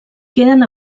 queden